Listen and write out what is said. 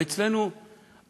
ואצלנו,